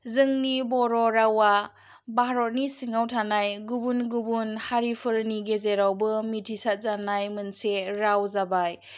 जोंनि बर' रावा भारतनि सिङाव थानाय गुबुन गुबुन हारिफोरनि गेजेरावबो मिथिसार जानाय मोनसे राव जाबाय